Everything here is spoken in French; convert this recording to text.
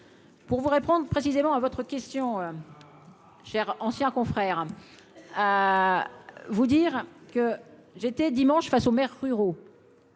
Pour vous répondre précisément à votre question. Cher ancien confrère. Vous dire que j'étais dimanche face aux maires ruraux